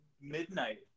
midnight